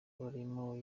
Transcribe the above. barimo